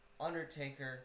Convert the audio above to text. Undertaker